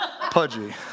Pudgy